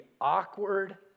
awkward